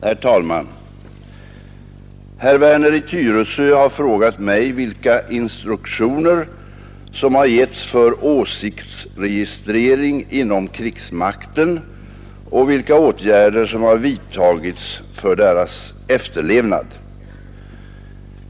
Herr talman! Herr Werner i Tyresö har frågat mig vilka instruktioner som har getts för åsiktsregistrering inom krigsmakten och vilka åtgärder som har vidtagits för deras efterlevnad.